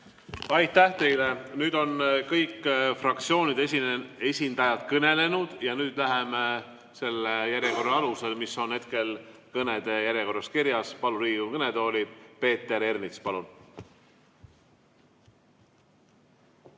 Aitäh teile! Nüüd on fraktsioonide esindajad kõnelenud ja me läheme edasi selle järjekorra alusel, mis on hetkel kõnede järjekorras kirjas. Palun Riigikogu kõnetooli Peeter Ernitsa. Palun!